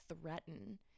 threaten